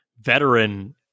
veteran